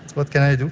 what can i do!